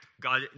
God